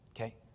Okay